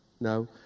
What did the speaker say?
No